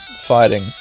Fighting